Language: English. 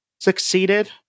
Succeeded